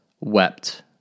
wept